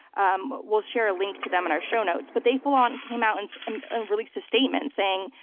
um we'll share a link to them in our show notes, but they full-on came out and and and released a statement saying,